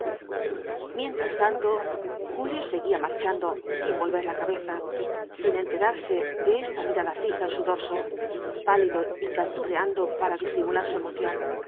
mientras tanto julio seguía marchando sin volver la cabeza sin enterarse de esta mirada fija en su dorso pálido y canturreando para disimular su emoción y